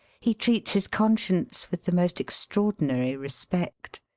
he treats his conscience with the most extraor dinary respect.